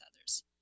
others